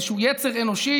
איזשהו יצר אנושי